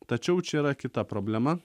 tačiau čia yra kita problema